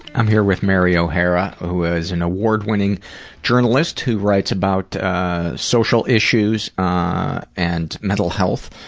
i'm here with mary o'hara, who is an award winning journalist who writes about social issues and mental health.